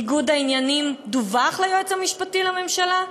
ניגוד העניינים דווח ליועץ המשפטי לממשלה?